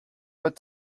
but